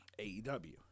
AEW